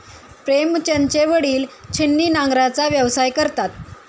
प्रेमचंदचे वडील छिन्नी नांगराचा व्यवसाय करतात